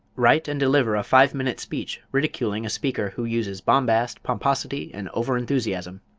write and deliver a five-minute speech ridiculing a speaker who uses bombast, pomposity and over-enthusiasm.